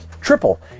triple